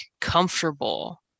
comfortable